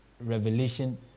revelation